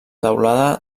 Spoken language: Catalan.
teulada